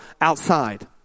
outside